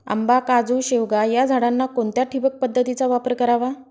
आंबा, काजू, शेवगा या झाडांना कोणत्या ठिबक पद्धतीचा वापर करावा?